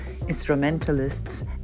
instrumentalists